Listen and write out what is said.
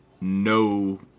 No